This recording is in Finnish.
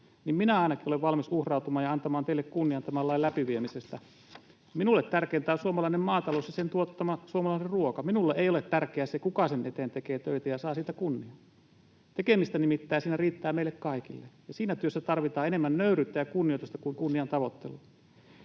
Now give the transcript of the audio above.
minä ainakin olen valmis uhrautumaan ja antamaan teille kunnian tämän lain läpiviemisestä. Minulle tärkeintä on suomalainen maatalous ja sen tuottama suomalainen ruoka. Minulle ei ole tärkeää se, kuka sen eteen tekee töitä ja saa siitä kunnian. Tekemistä nimittäin siinä riittää meille kaikille, ja siinä työssä tarvitaan enemmän nöyryyttä ja kunnioitusta kuin kunnian tavoittelua.